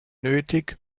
nötig